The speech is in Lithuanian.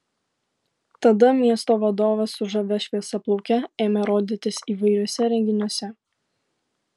tada miesto vadovas su žavia šviesiaplauke ėmė rodytis įvairiuose renginiuose